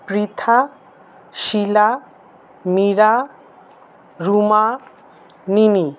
Pritha Sheela Meera Ruma Nini